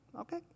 Okay